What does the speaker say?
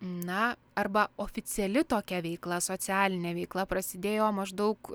na arba oficiali tokia veikla socialinė veikla prasidėjo maždaug